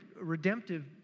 redemptive